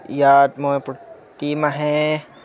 ইয়াত মই প্ৰতিমাহে